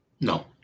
No